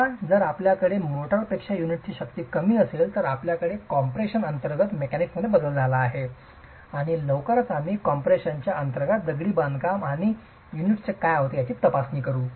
आता जर आपल्याकडे मोर्टारपेक्षा युनिटची शक्ती कमी असेल तर आपल्याकडे कॉम्प्रेशन अंतर्गत मेकॅनिक्समध्ये बदल झाला आहे आणि लवकरच आम्ही कॉम्प्रेशनच्या अंतर्गत दगडी बांधकाम आणि युनिट्सचे काय होते याची तपासणी करू